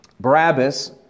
Barabbas